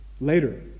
later